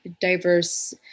diverse